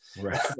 Right